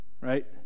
right